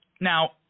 now